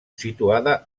situada